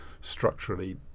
structurally